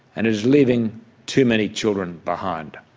and it is leaving too many children behind.